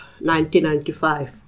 1995